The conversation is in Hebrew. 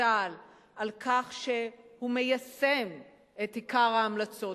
בצה"ל על כך שהוא מיישם את עיקר ההמלצות,